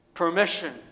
permission